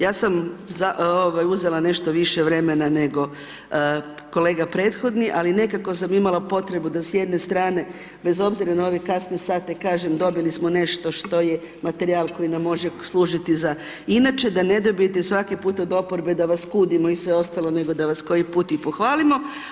Ja sam uzela nešto više vremena nego kolega prethodni, ali nekako sam imala potrebu da s jedne strane, bez obzira na ove kasne sate, kažem, dobili smo nešto što je materijal koji nam može služiti za inače, da ne dobijete svaki puta od oporbe da vas kudimo i sve ostalo, nego da vas koji put i pohvalimo.